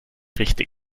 richtig